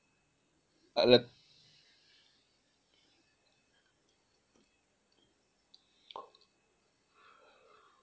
but th~